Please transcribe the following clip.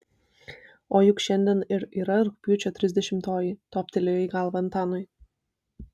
o juk šiandien ir yra rugpjūčio trisdešimtoji toptelėjo į galvą antanui